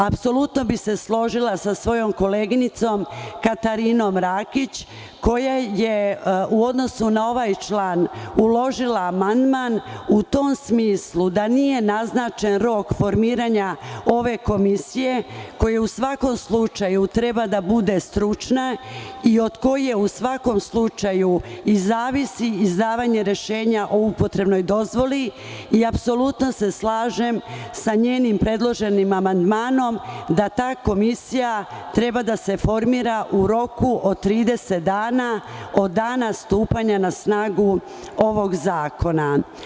Apsolutno bih se složila sa svojom koleginicom Katarinom Rakić koja je u odnosu na ovaj član uložila amandman u tom smislu da nije naznačen rok formiranja ove komisije koji u svakom slučaju treba da bude stručna i od koje u svakom slučaju i zavisi izdavanje rešenja o upotrebnoj dozvoli i apsolutno se slažem sa njenim predloženim amandmanom da ta komisija treba da se formira u roku od 30 dana od dana stupanja na snagu ovog zakona.